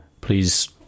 please